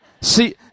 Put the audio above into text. See